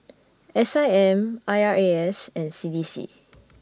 S I M I R A S and C D C